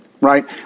Right